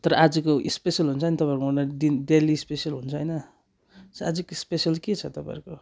तर आजको स्पेसल हुन्छ नि तपाईँहरूकोमा डेली स्पेसल हुन्छ होइन र आजको स्पेसल के छ तपाईँहरूको